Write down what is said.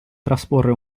trasporre